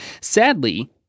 Sadly